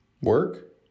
work